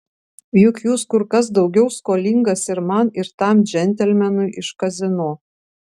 juk jūs kur kas daugiau skolingas ir man ir tam džentelmenui iš kazino